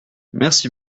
merci